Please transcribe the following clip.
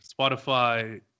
Spotify